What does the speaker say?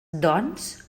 doncs